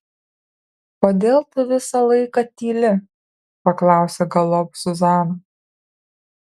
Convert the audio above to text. kodėl tu visą laiką tyli paklausė galop zuzana